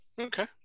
Okay